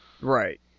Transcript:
Right